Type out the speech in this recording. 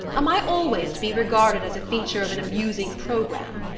am i always to be regarded as a feature of an amusing programme?